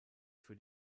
für